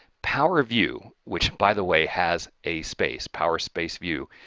power view which by the way has a space, power space view,